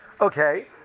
Okay